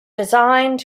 designed